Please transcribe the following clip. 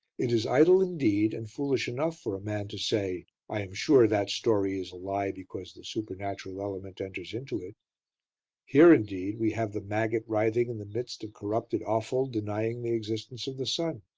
it is idle, indeed, and foolish enough for a man to say i am sure that story is a lie, because the supernatural element enters into it here, indeed, we have the maggot writhing in the midst of corrupted offal denying the existence of the sun.